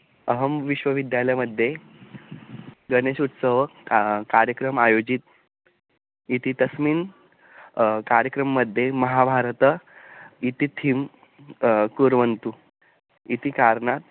अहं विश्वविद्यालयमध्ये गणेशोत्सवः कार्यक्रमः आयोजितः इति तस्मिन् कार्यक्रममध्ये महाभारतम् इति थीम् कुर्वन्तु इति कारणात्